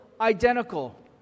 identical